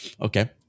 okay